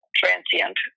transient